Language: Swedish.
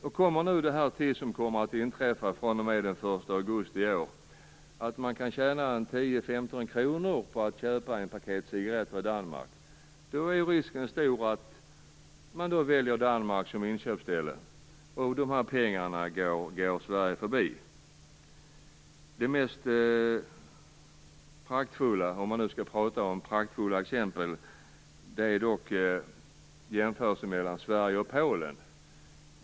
Om detta nu blir av som skall inträffa från den 1 augusti i år, att man kan tjäna 10-15 kronor på att köpa ett paket cigaretter i Danmark, är risken stor att man väljer Danmark som inköpsställe, och då går de pengarna Sverige förbi. Det mest praktfulla exemplet, om man nu skall tala om praktfulla exempel, är dock en jämförelse mellan Sverige och Polen.